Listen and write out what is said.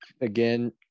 again